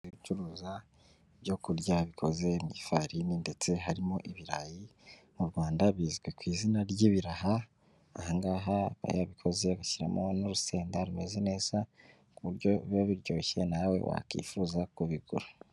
Bari gucuruza ibyo kurya bikoze mu ifarini ndetse harimo ibirayi, mu Rwanda bizwi ku izina ry'ibiraha, aha ngaha barabikoze bagashyiramo n'urusenda rumeze neza, ku buryo biba biryoshye nawe wakwifuza kubigura.